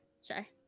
sorry